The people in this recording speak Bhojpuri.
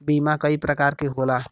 बीमा कई परकार के होला